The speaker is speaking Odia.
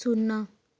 ଶୂନ